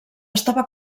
estava